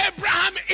Abraham